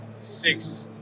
six